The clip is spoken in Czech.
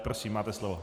Prosím, máte slovo.